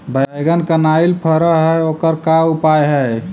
बैगन कनाइल फर है ओकर का उपाय है?